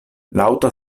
laŭta